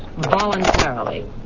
voluntarily